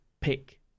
pick